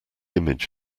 image